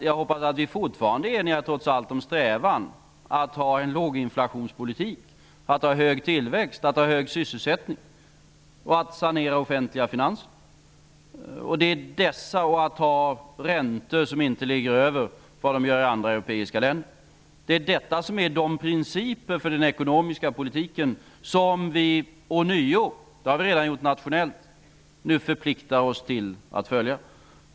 Jag hoppas att vi trots allt fortfarande är eniga om strävan att ha en låginflationspolitik, hög tillväxt, hög sysselsättning, sanera offentliga finanser och att ha räntor som inte är högre än vad de är i andra europeiska länder. Detta är de principer för den ekonomiska politiken som vi ånyo -- det har vi redan gjort nationellt -- nu förpliktigar oss till att följa.